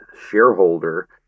shareholder